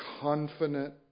confident